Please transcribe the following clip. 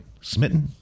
Smitten